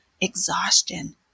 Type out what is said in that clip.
exhaustion